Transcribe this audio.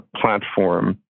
platform